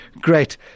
Great